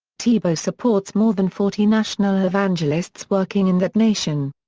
tebow supports more than forty national evangelists working in that nation.